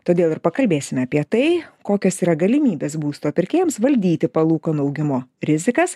todėl ir pakalbėsime apie tai kokios yra galimybės būsto pirkėjams valdyti palūkanų augimo rizikas